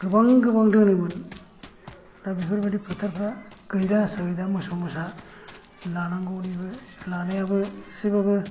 गोबां गोबां दोनोमोन दा बिफोरबादि फोथारफ्रा गैला आसा गैला मोसौ मोसा लानांगौनिबो लानायाबो एसेबाबो